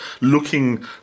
looking